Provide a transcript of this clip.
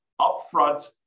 upfront